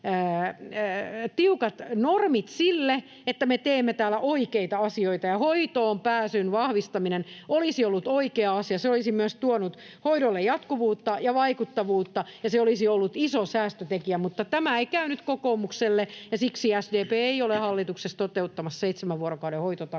tiukat normit sille, että me teemme täällä oikeita asioita, ja hoitoonpääsyn vahvistaminen olisi ollut oikea asia. Se olisi myös tuonut hoidolle jatkuvuutta ja vaikuttavuutta, ja se olisi ollut iso säästötekijä, mutta tämä ei käynyt kokoomukselle, ja siksi SDP ei ole hallituksessa toteuttamassa seitsemän vuorokauden hoitotakuuta.